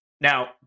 Now